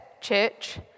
church